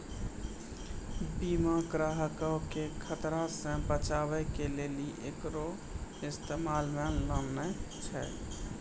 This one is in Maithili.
बीमा ग्राहको के खतरा से बचाबै के लेली एकरो इस्तेमाल मे लानै छै